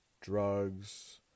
drugs